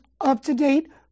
up-to-date